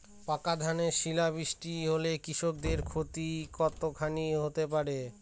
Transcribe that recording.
পাকা ধানে শিলা বৃষ্টি হলে কৃষকের ক্ষতি কতখানি হতে পারে?